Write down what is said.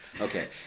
Okay